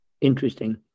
Interesting